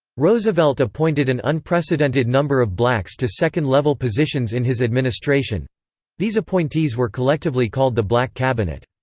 roosevelt appointed an unprecedented number of blacks to second-level positions in his administration these appointees were collectively called the black cabinet.